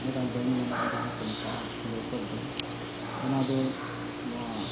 ᱢᱤᱫᱴᱟᱝ ᱰᱮᱢ ᱢᱮᱱᱟᱜᱼᱟ ᱡᱟᱦᱟᱸ ᱠᱚ ᱢᱮᱛᱟᱜᱟ ᱥᱩᱞᱟᱹᱭ ᱯᱟᱲ ᱰᱮᱢ ᱚᱱᱟ ᱫᱚ ᱱᱚᱣᱟ